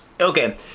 Okay